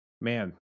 man